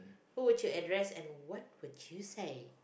who would you address and what would you say